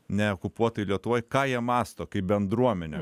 ne okupuotoj lietuvoj ką jie mąsto kaip bendruomenė